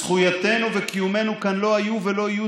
זכויותינו וקיומנו כאן לא היו ולא יהיו